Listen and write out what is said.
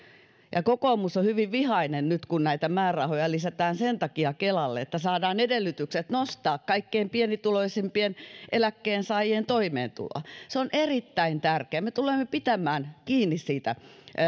ja kokoomus on hyvin vihainen nyt kun näitä määrärahoja kelalle lisätään sen takia että saadaan edellytykset nostaa kaikkein pienituloisimpien eläkkeensaajien toimeentuloa se on erittäin tärkeää me tulemme pitämään kiinni siitä